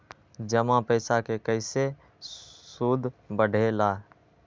जमा पईसा के कइसे सूद बढे ला?